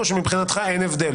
או שמבחינתך אין הבדל?